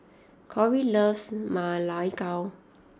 Corie loves Ma Lai Gao